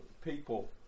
people